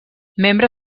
membre